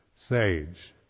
Sage